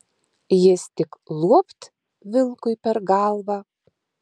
jis tik luopt vilkui per galvą